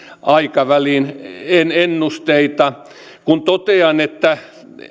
aikavälin ennusteita kun totean että